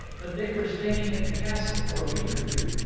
but they were staying at the castle for a week or two.